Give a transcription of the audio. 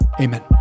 Amen